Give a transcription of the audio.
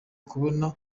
babone